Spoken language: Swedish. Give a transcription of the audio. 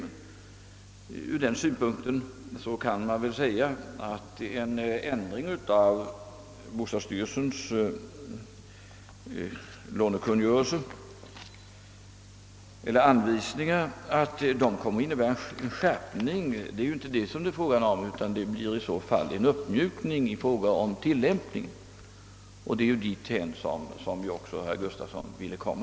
Jag vill från denna synpunkt framhålla, att det vid en ändring av bostadsstyrelsens låneanvisningar inte kommer att bli fråga om någon skärpning utan i så fall en uppmjukning av tillämpningen. Det var ju också dithän herr Gustavsson ville komma.